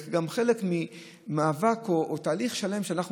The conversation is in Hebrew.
גם זה חלק ממאבק ומתהליך שלם שבו אנחנו